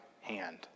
hand